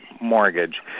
mortgage